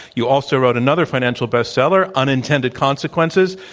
you also wrote another financial bestseller, unintended consequences.